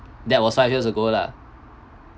that was five years ago lah